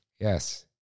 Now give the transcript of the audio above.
yes